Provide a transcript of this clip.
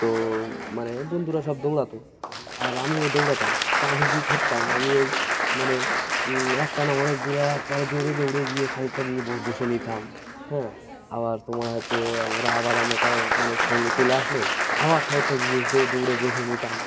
তো মানে বন্ধুরা সব দৌড়াতো আর আমিও দৌড়াতাম তা আমি কী করতাম আমি ওই মানে একটা না অনেক দূরে একবারে জোরে দৌড়ে গিয়ে খানিকটা গিয়ে বসে নিতাম হ্যাঁ আবার তোমার হচ্ছে ওরা আবার আমার কাছে মানে সঙ্গে চলে আসলে আবার খানিকটা গিয়ে দৌড়ে বসে নিতাম